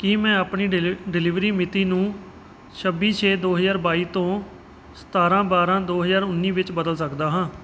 ਕੀ ਮੈਂ ਆਪਣੀ ਡਿਲੀ ਡਿਲੀਵਰੀ ਮਿਤੀ ਨੂੰ ਛੱਬੀ ਛੇ ਦੋ ਹਜ਼ਾਰ ਬਾਈ ਤੋਂ ਸਤਾਰ੍ਹਾਂ ਬਾਰ੍ਹਾਂ ਦੋ ਹਜ਼ਾਰ ਉੱਨੀ ਵਿੱਚ ਬਦਲ ਸਕਦਾ ਹਾਂ